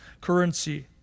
currency